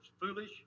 foolish